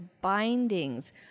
bindings